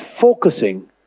focusing